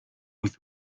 with